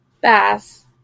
Bass